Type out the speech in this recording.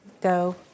go